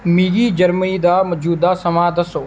मिगी जर्मनी दा मजूदा समां दस्सो